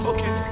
Okay